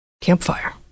Campfire